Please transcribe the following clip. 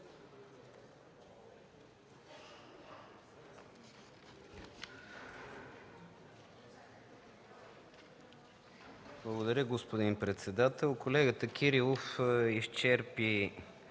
Благодаря, господин председател. Колегата Кирилов изчерпа